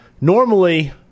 Normally